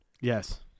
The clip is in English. Yes